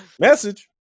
Message